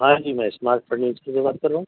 ہاں جی میں اسمارٹ فرنیچر سے بات کر رہا ہوں